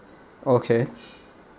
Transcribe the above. okay